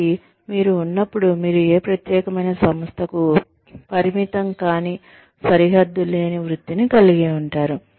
కాబట్టి మీరు ఉన్నప్పుడు మీరు ఏ ప్రత్యేకమైన సంస్థకు పరిమితం కాని సరిహద్దు లేని వృత్తిని కలిగి ఉంటారు